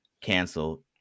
canceled